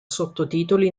sottotitoli